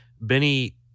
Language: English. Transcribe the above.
Benny